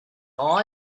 all